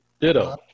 Ditto